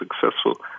successful